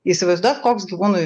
įsivaizduojat koks gyvūnui